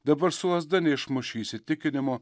dabar su lazda neišmuši įsitikinimo